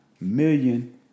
million